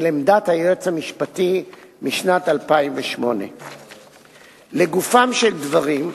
עמדת היועץ המשפטי משנת 2008. לגופם של דברים,